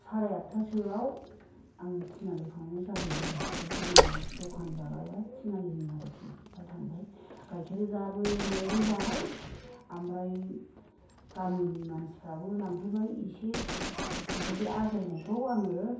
साराय आथथा सोयाव आं थिनालि थांनांगौ जाहैयो आरो बे जोंनि दखान जाग्राया थिनालि हाथाय आरखि बेहाय थांबाय गायखेराबो न'आव जाबाय ओमफ्राय गामिनि मानसिफ्राबो लांफैबाय एसे ओमफ्राय बे आगलाय नायखौ आङो